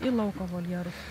į lauko voljerą